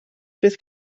fydd